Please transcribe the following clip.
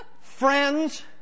friends